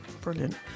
Brilliant